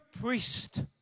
priest